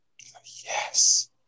Yes